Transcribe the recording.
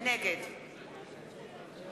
נגד